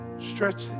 stretch